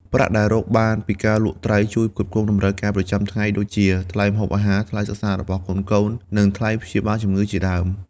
ប្រាក់ដែលរកបានពីការលក់ត្រីជួយផ្គត់ផ្គង់តម្រូវការប្រចាំថ្ងៃ ដូចជាថ្លៃម្ហូបអាហារ ថ្លៃសិក្សារបស់កូនៗ និងថ្លៃព្យាបាលជំងឺជាដើម។